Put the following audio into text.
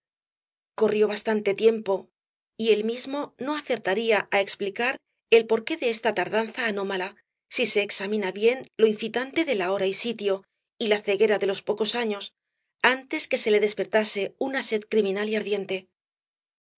corrió bastante tiempo y él mismo no acertaría á explicar el por qué de esta tardanza anómala si se examina bien lo incitante de la hora y sitio y la ceguera de los pocos años antes que se le despertase una sed criminal y ardiente